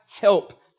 help